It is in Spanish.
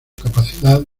capacidad